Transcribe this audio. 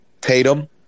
Tatum